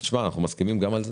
אנחנו מסכימים גם על זה.